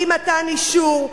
אי-מתן אישור,